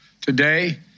Today